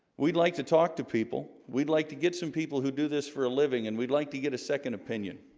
we'd like to talk to people we'd like to get some people who do this for a living and we'd like to get a second opinion